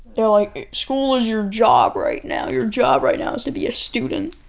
they're like school is your job right now. your job right now is to be a student.